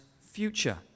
future